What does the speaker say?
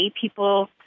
people